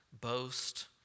boast